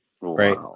right